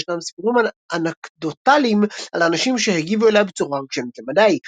שישנם סיפורים אנקדוטליים על אנשים שהגיבו אליה בצורה רגשנית למדי.